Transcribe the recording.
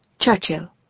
Churchill